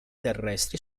terrestri